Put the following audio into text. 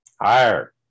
higher